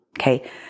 Okay